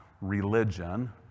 religion